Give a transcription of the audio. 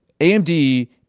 AMD